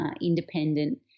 independent